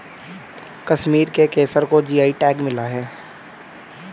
कश्मीर के केसर को जी.आई टैग मिला है